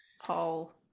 Paul